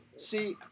See